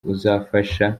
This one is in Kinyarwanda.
uzafasha